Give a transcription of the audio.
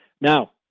Now